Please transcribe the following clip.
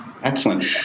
Excellent